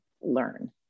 learn